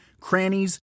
crannies